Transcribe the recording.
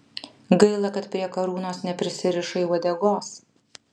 gaila kad prie karūnos neprisirišai uodegos